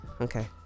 okay